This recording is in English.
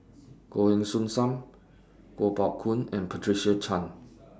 Goh Heng Soon SAM Kuo Pao Kun and Patricia Chan